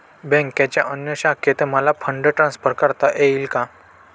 बँकेच्या अन्य शाखेत मला फंड ट्रान्सफर करता येईल का?